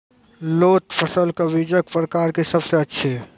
लोत फसलक बीजक प्रकार की सब अछि?